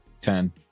Ten